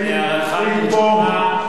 הערתך נרשמה.